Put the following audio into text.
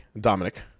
Dominic